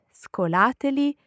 scolateli